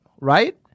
right